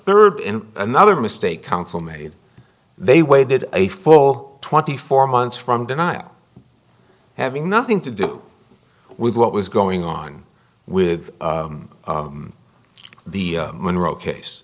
third in another mistake counsel made they waited a full twenty four months from denial having nothing to do with what was going on with the monroe case